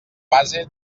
base